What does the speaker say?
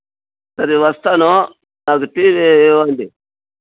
సరే వస్తాను నాకు టీవీ ఇవ్వండి